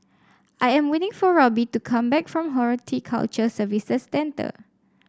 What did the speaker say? I am waiting for Robbie to come back from Horticulture Services Centre